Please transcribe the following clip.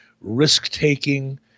risk-taking